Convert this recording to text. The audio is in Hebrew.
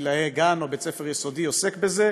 גילאי גן או בית-ספר יסודי ודאי עוסק בזה,